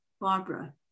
Barbara